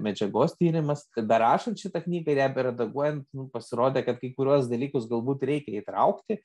medžiagos tyrimas kad berašant šitą knygą ir ją beredaguojant pasirodė kad kai kuriuos dalykus galbūt reikia įtraukti